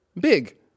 Big